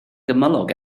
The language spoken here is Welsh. gymylog